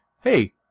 hey